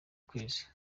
kwezi